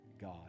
God